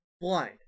blind